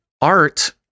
art